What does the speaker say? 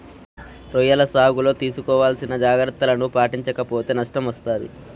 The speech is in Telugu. రొయ్యల సాగులో తీసుకోవాల్సిన జాగ్రత్తలను పాటించక పోతే నష్టం వస్తాది